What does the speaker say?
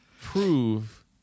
prove